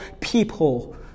people